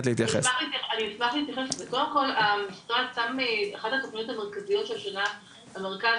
קודם כל אחת התכניות המרכזיות שהשנה המרכז